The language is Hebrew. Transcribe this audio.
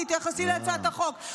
תתייחסי להצעת החוק.